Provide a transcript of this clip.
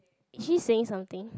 is he saying something